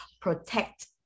protect